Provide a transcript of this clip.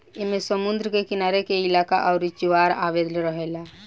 ऐमे समुद्र के किनारे के इलाका आउर ज्वार आवत रहेला